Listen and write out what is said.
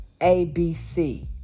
ABC